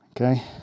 Okay